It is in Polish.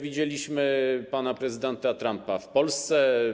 Widzieliśmy pana prezydenta Trumpa w Polsce.